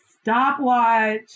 stopwatch